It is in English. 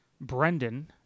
Brendan